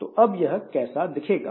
तो अब यह कैसा दिखेगा